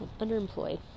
underemployed